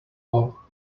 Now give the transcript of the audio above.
wall